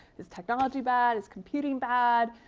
is technology bad? is computing bad?